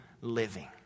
living